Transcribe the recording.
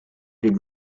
did